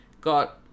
Got